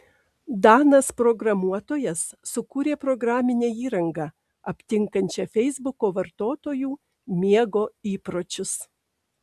danas programuotojas sukūrė programinę įrangą aptinkančią feisbuko vartotojų miego įpročius